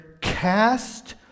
cast